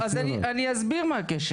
אז אני אסביר מה הקשר.